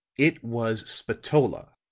it was spatola,